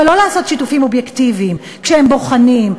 אבל לא לעשות שיתופים אובייקטיביים כשהם בוחנים,